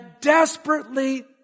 desperately